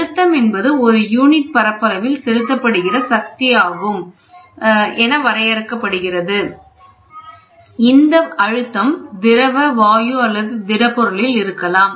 அழுத்தம் என்பது ஒரு யூனிட் பரப்பளவில் செலுத்தப்படுகிற சக்தி ஆகும் வரையறுக்கப்படுகிறது இந்த அழுத்தம் திரவ வாயு அல்லது திடப்பொருள் இருக்கலாம்